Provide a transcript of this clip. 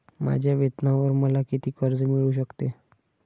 माझ्या वेतनावर मला किती कर्ज मिळू शकते?